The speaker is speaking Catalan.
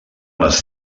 les